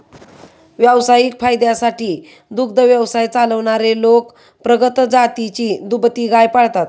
व्यावसायिक फायद्यासाठी दुग्ध व्यवसाय चालवणारे लोक प्रगत जातीची दुभती गाय पाळतात